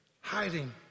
Hiding